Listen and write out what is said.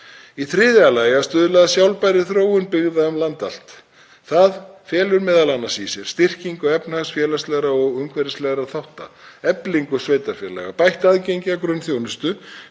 Í þriðja lagi að stuðla að sjálfbærri þróun byggða um land allt. Það felur m.a. í sér styrkingu efnahags, félagslegra og umhverfislegra þátta, eflingu sveitarfélaga, bætt aðgengi að grunnþjónustu,